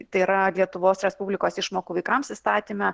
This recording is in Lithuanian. tai yra lietuvos respublikos išmokų vaikams įstatyme